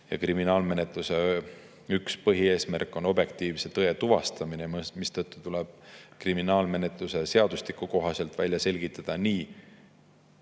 Üks kriminaalmenetluse põhieesmärk on objektiivse tõe tuvastamine, mistõttu tuleb kriminaalmenetluse seadustiku kohaselt välja selgitada nii